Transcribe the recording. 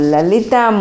Lalita